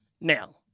now